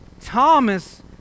Thomas